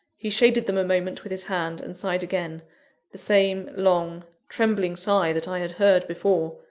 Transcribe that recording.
he shaded them a moment with his hand, and sighed again the same long, trembling sigh that i had heard before.